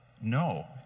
No